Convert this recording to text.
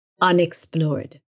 unexplored